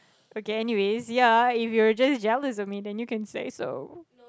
okay anyways ya if you're just jealous of me then you can say so